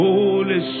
Holy